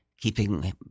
keeping